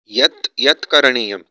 यत् यत् करणीयं